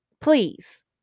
please